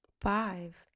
Five